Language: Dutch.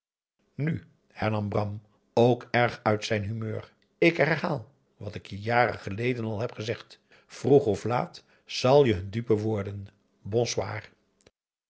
hernam bram ook erg uit zijn humeur ik herhaal wat ik je jaren geleden al heb gezegd vroeg of laat zal je hun dupe worden